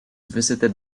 visited